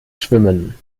schwimmen